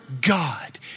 God